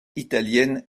italienne